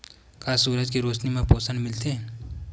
का सूरज के रोशनी म पोषण मिलथे?